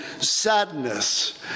sadness